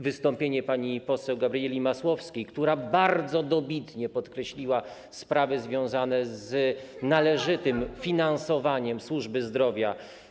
Wystąpienie pani poseł Gabrieli Masłowskiej, która bardzo dobitnie podkreśliła sprawy związane z należytym finansowaniem służby zdrowia.